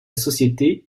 société